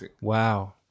Wow